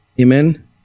amen